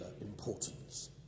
importance